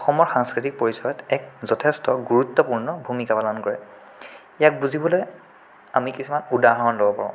অসমত সাংস্কৃতিক পৰিচয়ত এক যথেষ্ট গুৰুত্বপূৰ্ণ ভূমিকা পালন কৰে ইয়াক বুজিবলৈ আমি কিছুমান উদাহৰণ ল'ব পাৰোঁ